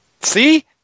See